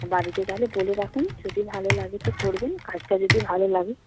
বাড়িতে তাহলে বলে রাখুন যদি ভালো লাগে তো করবেন কাজটা যদি ভালো লাগে